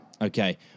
okay